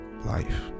life